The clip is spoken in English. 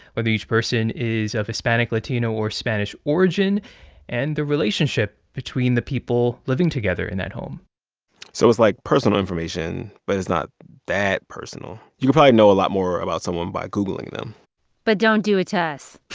whether each person is of hispanic, latino or spanish origin and the relationship between the people living together in that home so it's like personal information. but it's not that personal. you can probably know a lot more about someone by googling them but don't do it to us